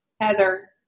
Heather